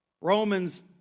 Romans